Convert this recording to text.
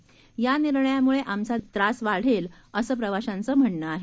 की या निर्णयामुळे आमचा त्रास वाढेल असं प्रवाशाचं म्हणणं आहे